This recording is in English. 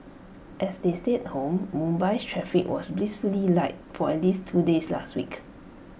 as they stayed home Mumbai's traffic was blissfully light for at least two days last week